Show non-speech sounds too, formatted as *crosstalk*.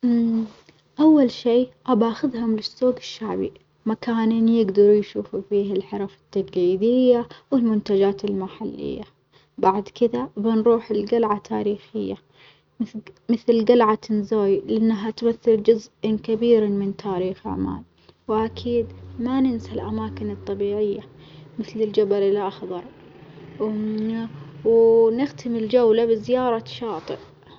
*hesitation* أول شي أبا آخذهم للسوج الشعبي، مكان يجدروا يشوفوا فيه الحرف التجليدية والمنتجات المحلية، بعد كدة بنروح لجلعة تاريخية مثج مثل جلعة نزوي لأنها تمثل جزء كبير من تاريخ عمان، وأكيد ما ننسى الأماكن الطبيعية مثل الجبل الأخظر و *hesitation* ونختم الجولة بزيارة شاطئ.